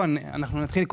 אותו הדבר